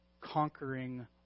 conquering